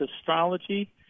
astrology